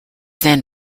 then